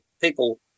people